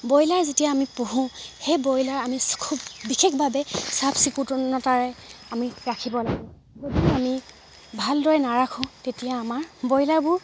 broiler যেতিয়া আমি পোঁহো সেই ব্ৰইলাৰ আমি খুব বিশেষভাৱে চাফ চিকুণতাৰে আমি ৰাখিব লাগে যদি আমি ভালদৰে নাৰাখোঁ তেতিয়া আমাৰ ব্ৰইলাৰবোৰ